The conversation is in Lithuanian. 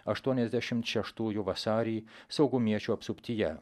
aštuoniasdešimt šeštųjų vasarį saugumiečių apsuptyje